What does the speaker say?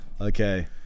Okay